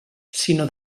sinó